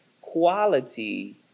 quality